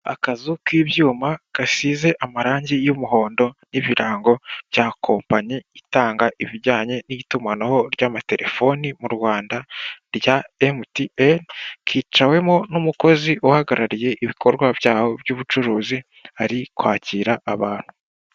Akazu k'ibyuma, gasize amarangi y'umuhondo, n'ibirango cya kompanyi itanga ibijyanye n'itumanaho ry'amatelefoni mu Rwanda, rya emutiyeni, kicawemo n'umukozi uhagarariye ibikorwa byaho by'ubucuruzi, ari kwakira abantu.